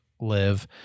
live